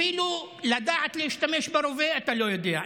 אפילו לדעת להשתמש ברובה אתה לא יודע.